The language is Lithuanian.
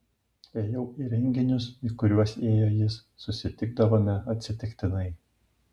ėjau į renginius į kuriuos ėjo jis susitikdavome atsitiktinai